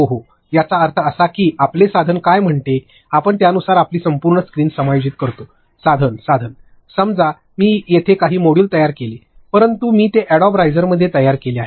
हो हो याचा अर्थ असा की आपले साधन काय म्हणते आपण त्यानुसार आपली संपूर्ण स्क्रीन समायोजित करतो साधन साधन समजा मी येथे काही मॉड्यूल तयार केले परंतु मी ते अॅडोब राइझमध्ये तयार केले आहे